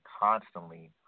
constantly